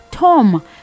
tom